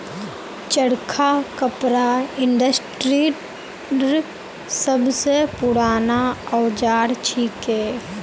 चरखा कपड़ा इंडस्ट्रीर सब स पूराना औजार छिके